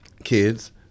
Kids